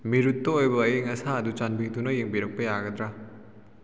ꯃꯤꯔꯨꯠꯇ ꯑꯣꯏꯕ ꯑꯏꯪ ꯑꯁꯥ ꯑꯗꯨ ꯆꯥꯟꯕꯤꯗꯨꯅ ꯌꯦꯡꯕꯤꯔꯛꯄ ꯌꯥꯒꯗ꯭ꯔꯥ